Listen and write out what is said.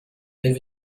live